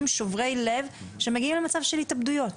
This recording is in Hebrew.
שוברי לב שמגיעים למצב של התאבדויות.